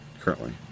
currently